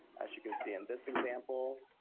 as you can see in this example,